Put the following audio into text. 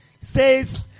says